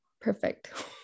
perfect